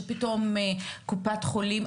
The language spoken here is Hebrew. שפתאום קופת חולים,